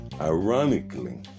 ironically